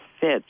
fits